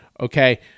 Okay